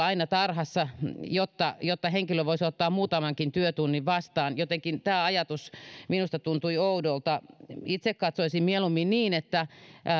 aina tarhassa jotta jotta henkilö voisi ottaa muutamankin työtunnin vastaan jotenkin tämä ajatus minusta tuntui oudolta itse katsoisin mieluummin niin että